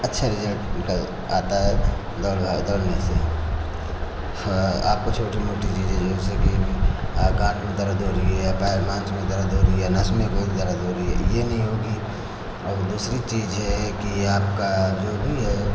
अच्छा रिजल्ट निकल आता है दौड़ दौड़ने से आपको छोटी मोटी चीज़ें जैसे कि गाँठ में दर्द हो रही है या पैर मांस में दर्द हो रही है नस में कोई दर्द हो रही है ये नहीं होगी और दूसरी चीज है ये कि ये आपका जो भी है